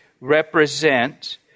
represent